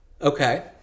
Okay